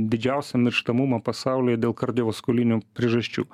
didžiausią mirštamumą pasaulyje dėl kardiovaskulinių priežasčių